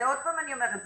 ועוד פעם אני אומרת,